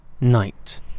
Night